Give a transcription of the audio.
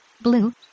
blue